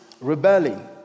rebelling